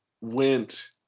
went